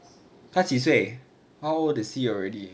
他几岁 how old is he already